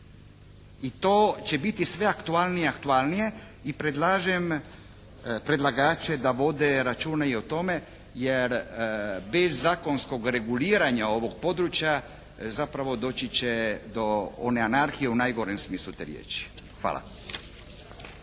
I to će biti sve aktualnije i aktualnije i predlažem predlagače da vode računa i o tome jer bez zakonskog reguliranja ovog područja zapravo doći će do one anarhije u najgorem smislu te riječi. Hvala.